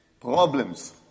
Problems